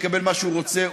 יקבל מה שהוא רוצה,